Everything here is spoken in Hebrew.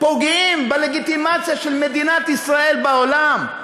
פוגעים בלגיטימציה של מדינת ישראל בעולם?